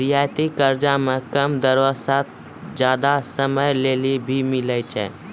रियायती कर्जा मे कम दरो साथ जादा समय लेली भी मिलै छै